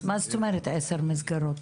מה זאת אומרת עשר מסגרות?